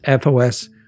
FOS